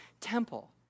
temple